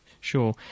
Sure